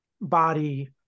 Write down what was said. body